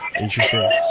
interesting